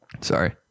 Sorry